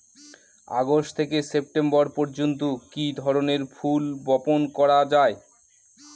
August থেকে September পর্যন্ত কি ধরনের ফুল বপন করা যায়?